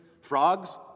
Frogs